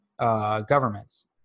governments